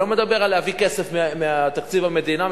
אני לא מדבר על להביא כסף מתקציב המדינה,